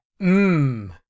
Mmm